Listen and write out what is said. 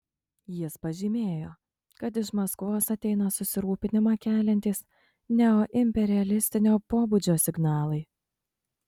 jis pažymėjo kad iš maskvos ateina susirūpinimą keliantys neoimperialistinio pobūdžio signalai